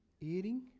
eating